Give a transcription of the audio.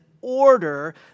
order